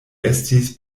estis